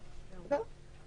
לא.